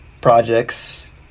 projects